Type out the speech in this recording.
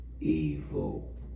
evil